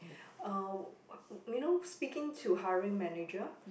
uh you know speaking to hiring manager